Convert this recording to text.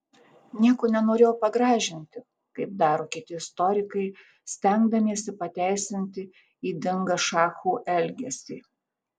nieko nenorėjau pagražinti kaip daro kiti istorikai stengdamiesi pateisinti ydingą šachų elgesį